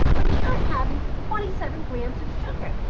but you're having twenty seven grams of sugar.